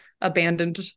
abandoned